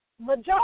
majority